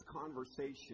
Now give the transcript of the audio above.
conversation